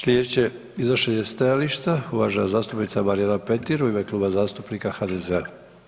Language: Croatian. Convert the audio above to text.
Slijedeće iznošenje stajališta uvažena zastupnica Marijana Petir u ime Kluba zastupnika HDZ-a.